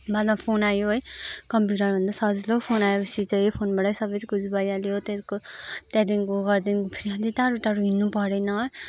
बादमा फोन आयो है कम्प्युटरभन्दा सजिलो फोन आएपछि चाहिँ फोनबाटै सबै कुछ भइहाल्यो त्यहाँदेखिको त्यहाँदेखिको घरदेखि फिलहाल चाहिँ टाढो टाढो हिँड्नु परेन